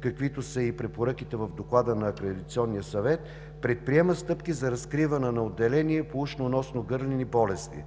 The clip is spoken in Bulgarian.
каквито са и препоръките в доклада на Акредитационния съвет, предприема стъпки за разкриване на отделения по ушно-носно-гърлени болести.